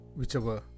whichever